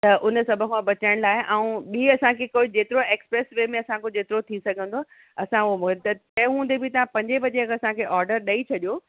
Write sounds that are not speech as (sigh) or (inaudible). त हुन सभु खां बचण लाइ ऐं ॿीं असांखे कोई जेतिरो एक्सप्रेस वे में असां खां जेतिरो थी सघंदो असां हू (unintelligible) तंहिं हूंदे बि तव्हां पंजे बजे अगरि असांखे ऑडर ॾेई छॾियो